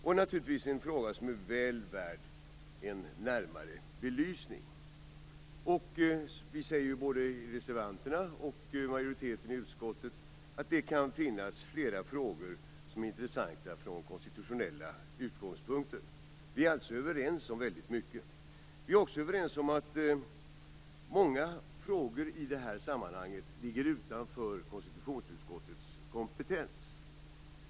Det är naturligtvis en fråga som är väl värd en närmare belysning. Både reservanterna och majoriteten i utskottet säger att det kan finnas flera frågor som är intressanta från konstitutionella utgångspunkter. Vi är alltså överens om mycket. Vi är också överens om att många frågor i sammanhanget ligger utanför konstitutionsutskottets kompetens.